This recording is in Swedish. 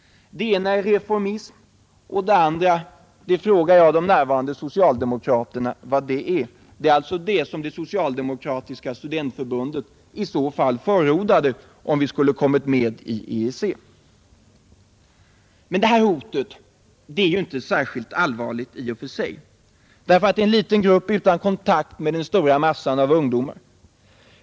Den ena är reformism. Jag frågar de närvarande socialdemokraterna vilken den andra vägen är, alltså den som det socialistiska studentförbundet förordade, om vi skulle ha kommit med i EEC. Nå, detta hot är ju inte särskilt allvarligt, eftersom det här rör sig om en liten grupp utan kontakt med den stora massan av ungdomar.